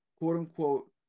quote-unquote